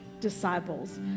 disciples